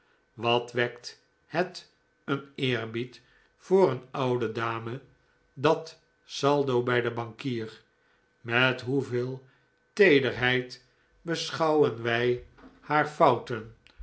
wat wekt het een eerbied voor een oude dame dat saldo bij den bankier met hoeveel teederheid beschouwen wij haar fouten